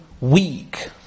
weak